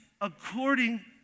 according